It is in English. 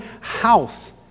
house